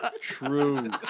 True